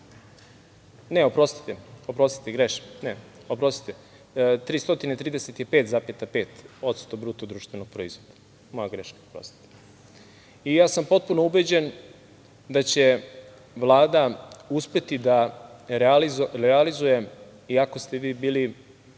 Ne, oprostite, grešim, 335,5% bruto društvenog proizvoda. Moja greška, oprostite. Ja sam potpuno ubeđen da će Vlada uspeti da realizuje, iako ste vi bili